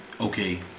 okay